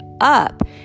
up